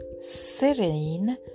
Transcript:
serene